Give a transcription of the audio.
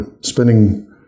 spending